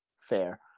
fair